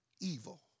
evil